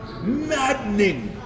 Maddening